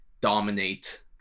dominate